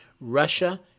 Russia